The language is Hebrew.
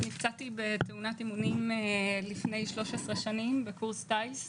נפצעתי בתאונת אימונים לפני 13 שנים בקורס טיס,